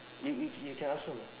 you you you can ask her